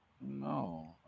no